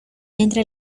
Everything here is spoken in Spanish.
entre